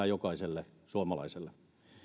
jokaiselle suomalaiselle